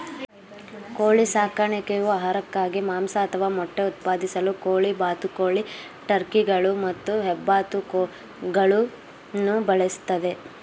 ಕೋಳಿ ಸಾಕಣೆಯು ಆಹಾರಕ್ಕಾಗಿ ಮಾಂಸ ಅಥವಾ ಮೊಟ್ಟೆ ಉತ್ಪಾದಿಸಲು ಕೋಳಿ ಬಾತುಕೋಳಿ ಟರ್ಕಿಗಳು ಮತ್ತು ಹೆಬ್ಬಾತುಗಳನ್ನು ಬೆಳೆಸ್ತದೆ